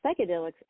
psychedelics